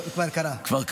אז את